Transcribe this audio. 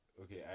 Okay